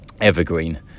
Evergreen